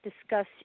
discuss